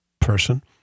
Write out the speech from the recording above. person